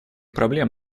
проблем